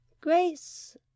Grace